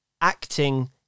acting